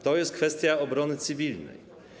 To jest kwestia obrony cywilnej.